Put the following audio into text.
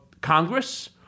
Congress